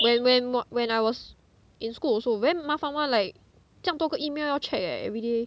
when when 我 when I was in school 的时候 very 麻烦 [one] like 这样多个 email 要 check eh everyday